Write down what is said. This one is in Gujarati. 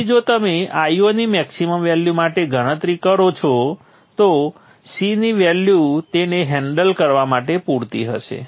તેથી જો તમે Io ની મેક્સીમમ વેલ્યુ માટે ગણતરી કરો છો તો C ની વેલ્યુ તેને હેન્ડલ કરવા માટે પૂરતી હશે